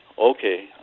Okay